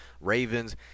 Ravens